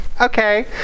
okay